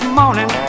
morning